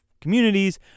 communities